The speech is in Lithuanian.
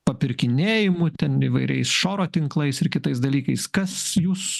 papirkinėjimu ten įvairiais šoro tinklais ir kitais dalykais kas jūsų